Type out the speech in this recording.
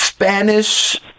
Spanish